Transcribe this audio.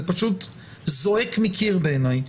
זה פשוט זועק מקיר בעיניי.